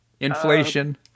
Inflation